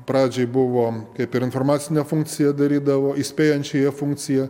pradžiai buvo kaip ir informacinę funkciją darydavo įspėjančiąją funkciją